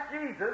Jesus